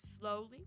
Slowly